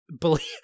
believe